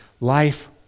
Life